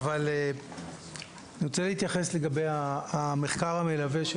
אני רוצה להתייחס למחקר המלווה של